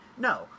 No